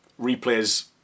Replays